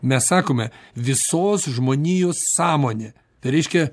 mes sakome visos žmonijos sąmonė reiškia